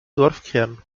dorfkern